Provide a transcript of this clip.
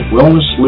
Wellness